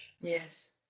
yes